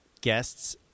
guests